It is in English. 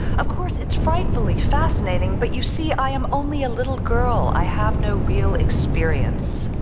of course it's frightfully fascinating, but you see i am only a little girl. i have no real experience.